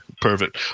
Perfect